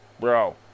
Bro